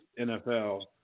NFL